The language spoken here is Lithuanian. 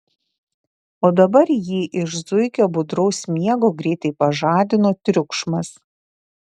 o dabar jį iš zuikio budraus miego greitai pažadino triukšmas